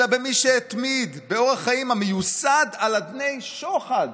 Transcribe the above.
אלא במי שהתמיד באורח חיים המיוסד על אדני שוחד".